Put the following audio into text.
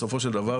בסופו של דבר,